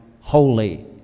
holy